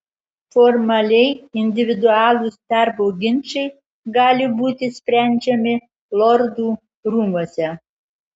formaliai individualūs darbo ginčai gali būti sprendžiami lordų rūmuose